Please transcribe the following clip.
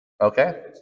Okay